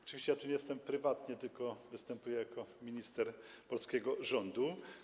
Oczywiście ja tu nie jestem prywatnie, tylko występuję jako minister polskiego rządu.